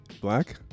Black